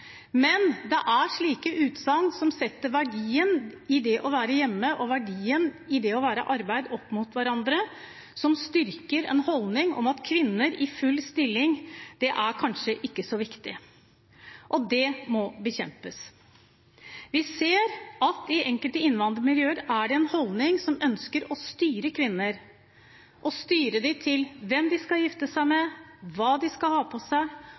men det er slike utsagn som setter verdien av det å være hjemme og verdien av det å være i arbeid opp mot hverandre, og som styrker en holdning om at kvinner i full stilling kanskje ikke er så viktig. Den må bekjempes. Vi ser at i enkelte innvandrermiljøer er det en holdning om et ønske om å styre kvinner – å styre dem til hvem de skal gifte seg med, hva de skal ha på seg,